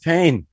Pain